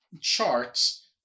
charts